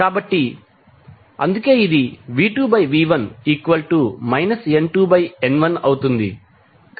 కాబట్టి అందుకే ఇది V2V1 N2N1 అవుతుంది